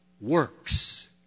works